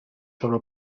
sobre